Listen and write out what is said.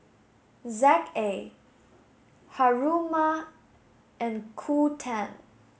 ZA Haruma and Qoo ten